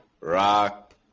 Rock